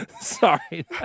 Sorry